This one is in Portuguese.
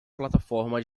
plataforma